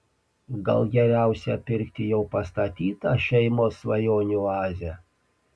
gal geriausia pirkti jau pastatytą šeimos svajonių oazę